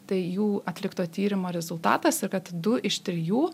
tai jų atlikto tyrimo rezultatas ir kad du iš trijų